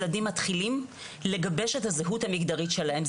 ילדים מתחילים לגבש את הזהות המגדרית שלהם,